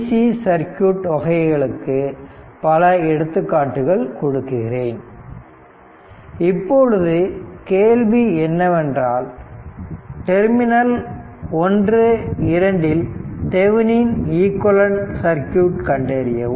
C circuit வகைகளுக்கு பல எடுத்துக்காட்டுகள் கொடுக்கிறேன் இப்பொழுது கேள்வி என்னவென்றால் டெர்மினல்கள் 1 2 இல் தெவனின் ஈக்விவலெண்ட் சர்க்யூட் கண்டறியவும்